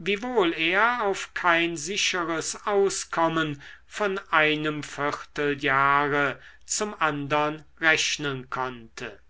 wiewohl er auf kein sicheres auskommen von einem vierteljahre zum andern rechnen konnte